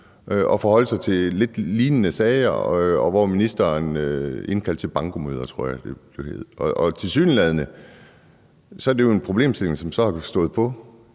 at forholde sig til lignende sager, og hvor ministeren indkaldte til bankomøder, tror jeg det hed. Og tilsyneladende er det en problemstilling, som så har stået på